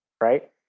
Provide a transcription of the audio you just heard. right